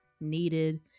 needed